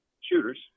shooters